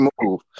move